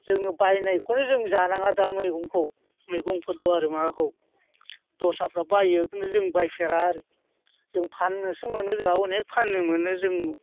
जोङो बायनायखौनो जों जानाङा दा मैगंखौ मैगंफोरखौ आरो माबाखौ दस्राफ्रा बायो खिन्थु जों बायफेरा आरो जों फाननोसो मोनो जोंहा अनेक फाननो मोनो जों